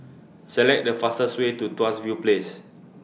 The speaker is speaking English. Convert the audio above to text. Select The fastest Way to Tuas View Place